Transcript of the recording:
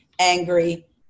angry